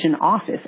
office